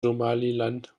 somaliland